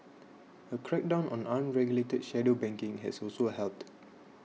a crackdown on unregulated shadow banking has also helped